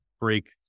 break